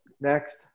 Next